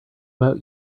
about